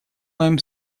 моем